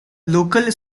local